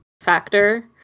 factor